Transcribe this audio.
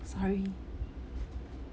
sorry